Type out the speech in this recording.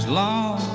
long